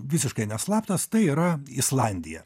visiškai neslaptas tai yra islandija